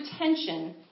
retention